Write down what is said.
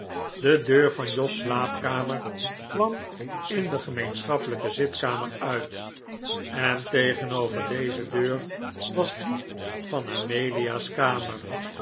de deur van jos slaapkamer kwam in de gemeenschappelijke zitkamer uit en tegenover deze deur was die van amelia's kamer